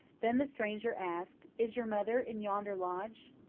then the stranger asked, is your mother in yonder lodge?